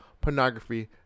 pornography